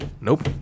Nope